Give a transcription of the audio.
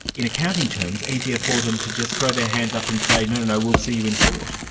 in accounting terms, easier for them to just throw their hands up and say, no, no, no, we'll see you in court.